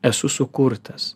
esu sukurtas